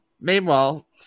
Meanwhile